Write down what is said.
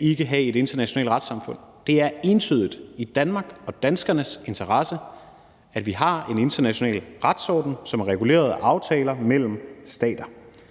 ikke at have et internationalt retssamfund. Det er entydigt i Danmark og danskernes interesse, at vi har en international retsorden, som er reguleret af aftaler mellem stater.